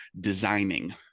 designing